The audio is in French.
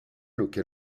auquel